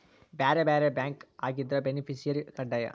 ಬ್ಯಾರೆ ಬ್ಯಾರೆ ಬ್ಯಾಂಕ್ ಆಗಿದ್ರ ಬೆನಿಫಿಸಿಯರ ಕಡ್ಡಾಯ